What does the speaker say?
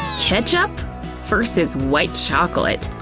ketchup versus white chocolate.